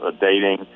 dating